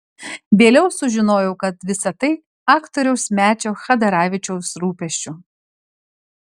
vėliau sužinojau kad visa tai aktoriaus mečio chadaravičiaus rūpesčiu